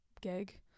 gig